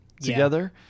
together